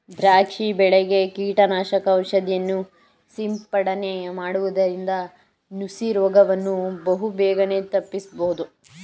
ದ್ರಾಕ್ಷಿ ಬೆಳೆಗೆ ಕೀಟನಾಶಕ ಔಷಧಿಯನ್ನು ಸಿಂಪಡನೆ ಮಾಡುವುದರಿಂದ ನುಸಿ ರೋಗವನ್ನು ಬಹುಬೇಗನೆ ತಪ್ಪಿಸಬೋದು